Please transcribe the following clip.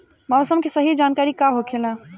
मौसम के सही जानकारी का होखेला?